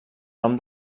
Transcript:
nom